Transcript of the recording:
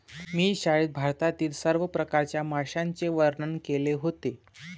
मी शाळेत भारतातील सर्व प्रकारच्या माशांचे वर्णन केले होते